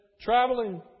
traveling